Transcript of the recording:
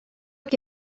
que